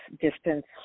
distance